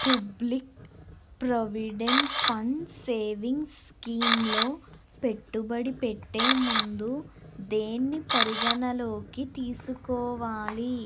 public provident fund savings స్కీమ్లో పెట్టుబడి పెట్టే ముందు దేన్ని పరిగణలోకి తీసుకోవాలి